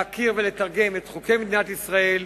להכיר ולתרגם את חוקי מדינת ישראל,